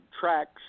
tracks